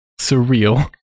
surreal